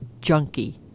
junkie